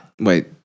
Wait